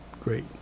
great